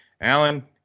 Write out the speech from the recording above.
Alan